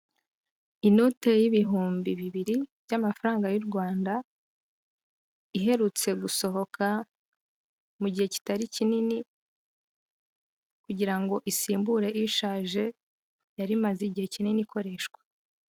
Inote y'ibihumbi bibiri by'amafaranga y'u Rwanda iherutse gusohoka mu gihe kitari kinini, kugira ngo isimbure ishaje, yari imaze igihe kinini ikoreshwa.